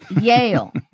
Yale